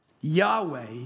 Yahweh